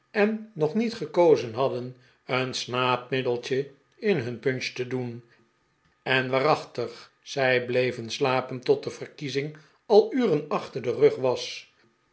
en nog nie t gekozen hadden een slaapmiddeltje in hun punch te doen en waarachtig zij bleven slapen tot de verkiezing al uren achter den rug was